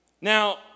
Now